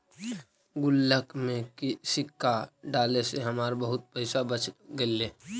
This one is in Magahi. गुल्लक में सिक्का डाले से हमरा बहुत पइसा बच गेले